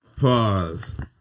Pause